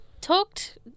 Talked